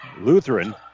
Lutheran